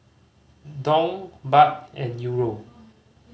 Dong Baht and Euro